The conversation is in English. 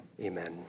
amen